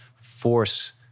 force